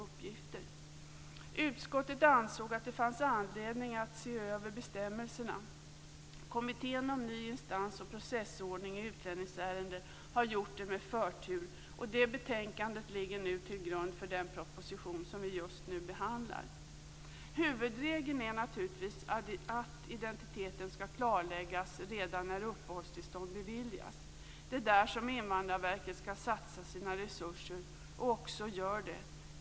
Utskottet ansåg att det fanns anledning att se över bestämmelserna. Kommittén om ny instans och processordning i utlänningsärenden har gjort det med förtur, och det betänkande ligger till grund för den propositionen som vi just nu behandlar. Huvudregeln är naturligtvis att identiteten skall klarläggas redan när uppehållstillstånd beviljas. Det är där som Invandrarverket ska satsa sina resurser och också gör det.